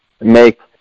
make